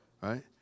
Right